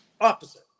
opposite